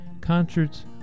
concerts